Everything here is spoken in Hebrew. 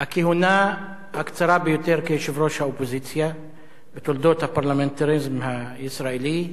הכהונה הקצרה ביותר כיושב-ראש האופוזיציה בתולדות הפרלמנטריזם הישראלי.